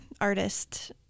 artist